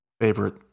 favorite